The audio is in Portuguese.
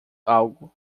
algo